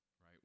right